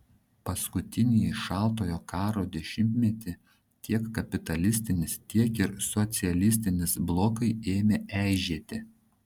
paskutinįjį šaltojo karo dešimtmetį tiek kapitalistinis tiek ir socialistinis blokai ėmė eižėti